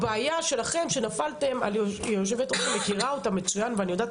הבעיה שלכם שנפלתם על יושבת ראש שמכירה אותם מצוין ואני יודעת